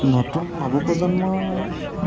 নতুন নৱপ্ৰজন্মৰ